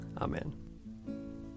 Amen